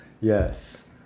Yes